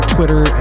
Twitter